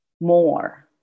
more